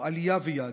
או עלייה ויהדות.